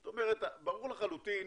זאת אומרת ברור לחלוטין